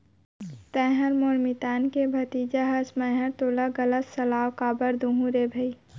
तैंहर मोर मितान के भतीजा हस मैंहर तोला गलत सलाव काबर दुहूँ रे भई